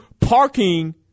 parking